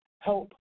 help